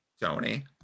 Tony